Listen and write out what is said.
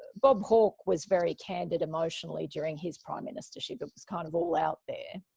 bob hawke was very candid emotionally during his prime ministership. it was kind of all out there.